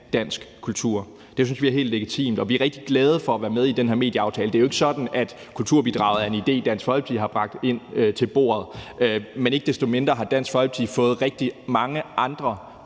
dansk kultur. Det synes vi er helt legitimt, og vi er rigtig glade for at være med i den her medieaftale. Det er jo ikke sådan, at kulturbidraget er en idé, Dansk Folkeparti har bragt ind til bordet, men ikke desto mindre har Dansk Folkeparti fået rigtig mange andre